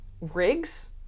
rigs